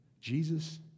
Jesus